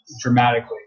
dramatically